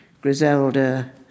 Griselda